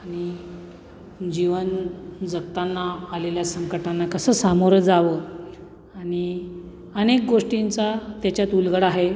आणि जीवन जगताना आलेल्या संकटांना कसं सामोरं जावं आणि अनेक गोष्टींचा त्याच्यात उलगडा आहे